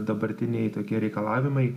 dabartiniai tokie reikalavimai